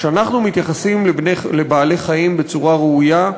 כשאנחנו מתייחסים לבעלי-חיים בצורה ראויה,